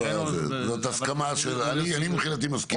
אני מבחינתי מסכים לזה.